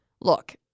look